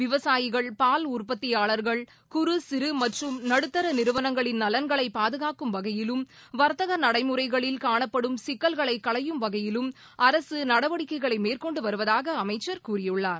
விவசாயிகள் பால் உற்பத்தியாளர்கள் குறு சிறு மற்றும் நடுத்தர நிறுவனங்களின் நலன்களை பாதுகாக்கும் வகையிலும் வர்த்தக நடைமுறைகளில் காணப்படும் சிக்கல்களை களையும் வகையிலும் அரசு நடவடிக்கைகளை மேற்கொண்டு வருவதாக அமைச்சர் கூறியுள்ளார்